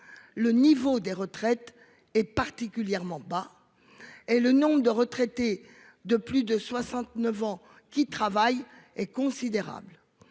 Le niveau des retraites est particulièrement bas. Et le nombre de retraités de plus de 69 ans qui travaille est considérable.